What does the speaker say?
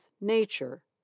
nature